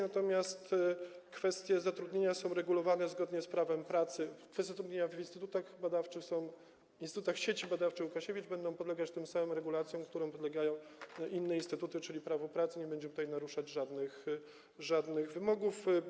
Natomiast kwestie zatrudnienia są regulowane zgodnie z prawem pracy, kwestie zatrudnienia w instytutach badawczych, instytutach Sieci Badawczej Łukasiewicz będą podlegać tym samym regulacjom, którym podlegają inne instytuty, czyli prawo pracy nie będzie tutaj naruszać żadnych wymogów.